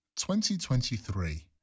2023